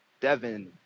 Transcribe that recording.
Devin